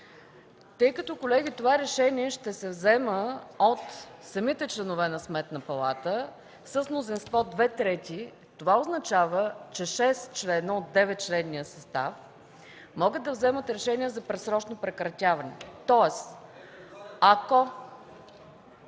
Тъй като, колеги, решението ще се взема от самите членове на Сметната палата с мнозинство две трети, това означава, че 6 члена от 9-членния състав могат да вземат решения за предсрочно прекратяване. ЙОРДАН ЦОНЕВ